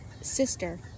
sister